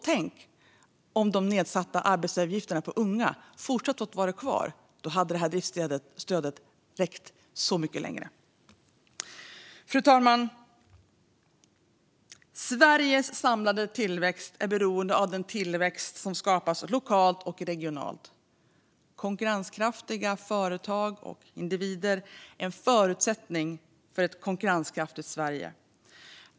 Tänk om de nedsatta arbetsgivaravgifterna för att anställa unga hade varit kvar - då hade driftsstödet räckt mycket längre. Fru talman! Sveriges samlade tillväxt är beroende av den tillväxt som skapas lokalt och regionalt. Konkurrenskraftiga företag och individer är en förutsättning för ett konkurrenskraftigt Sverige.